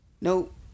Nope